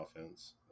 offense